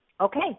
Okay